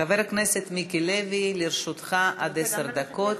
חבר הכנסת מיקי לוי, לרשותך עד עשר דקות.